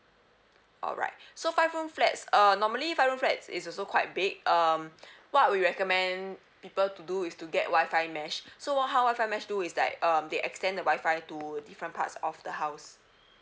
alright so five room flats uh normally five room flats is also quite big um what we recommend people to do is to get wifi mesh so how wifi mesh do is like um they extend the wifi to different parts of the house